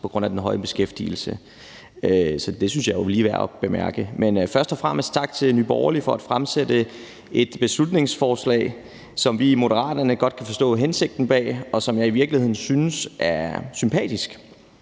på grund af den høje beskæftigelse. Så det synes jeg jo lige er værd at bemærke. Men først og fremmest tak til Nye Borgerlige for at fremsætte et beslutningsforslag, som vi i Moderaterne godt kan forstå hensigten bag, og som jeg i virkeligheden synes er sympatisk.